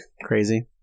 crazy